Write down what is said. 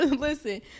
Listen